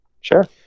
Sure